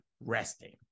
resting